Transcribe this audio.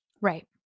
Right